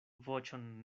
voĉon